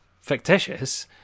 fictitious